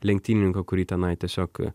lenktynininko kurį tenai tiesiog